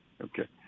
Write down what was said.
Okay